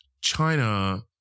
China